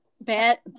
Bad